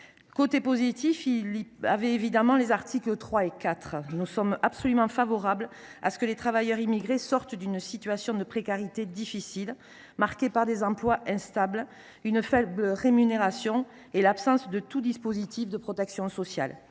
positives, il y avait évidemment les articles 3 et 4. Nous sommes absolument favorables à l’idée de sortir les travailleurs immigrés d’une situation de précarité difficile, marquée par des emplois instables, une faible rémunération et l’absence de tout dispositif de protection sociale.